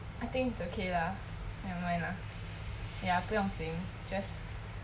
I think it's okay lah never mind lah ya 不用紧 just